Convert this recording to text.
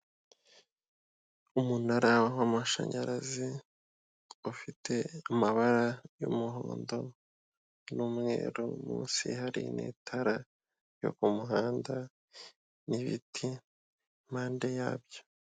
Umunara w''amashanyarazi ufite amabara y'umuhondo n'umweru munsi hari n'itara ryo kumuhanda n'ibiti impande yabyo.